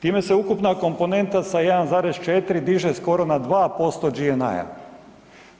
Time se ukupna komponenta sa 1,4 diže skoro na 2% GNI-a.